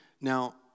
Now